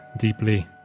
deeply